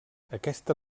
aquesta